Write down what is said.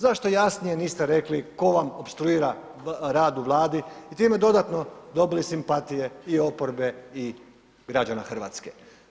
Zašto jasnije niste rekli tko vam opstruira rad u Vladi i time dodatno dobili simpatije i oporbe i građana Hrvatske.